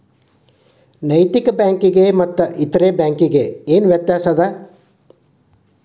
ನೈತಿಕ ಬ್ಯಾಂಕಿಗೆ ಮತ್ತ ಬ್ಯಾರೆ ಇತರೆ ಬ್ಯಾಂಕಿಗೆ ಏನ್ ವ್ಯತ್ಯಾಸದ?